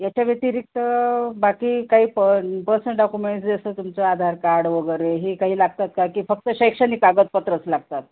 याच्या व्यतिरिक्त बाकी काही प पर्सनल डाक्युमेंट्स जसं तुमचं आधार कार्ड वगैरे हे काही लागतात का की फक्त शैक्षणिक कागदपत्रंच लागतात